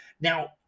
Now